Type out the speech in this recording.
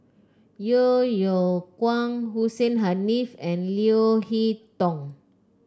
Yeo Yeow Kwang Hussein Haniff and Leo Hee Tong